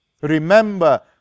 remember